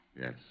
Yes